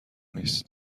نیست